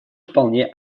вполне